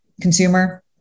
Consumer